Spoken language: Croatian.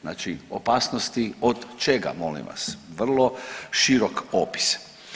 Znači opasnosti od čega molim vas, vrlo širok opis.